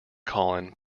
colin